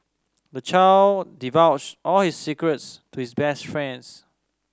the child divulge all his secrets to his best friends